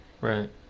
right